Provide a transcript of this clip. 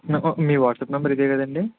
నాకు మీ WhatsApp number ఇదే కదండీ